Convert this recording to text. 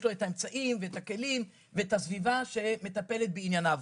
לו את האמצעים ואת הכלים ואת הסביבה שמטפלת בענייניו.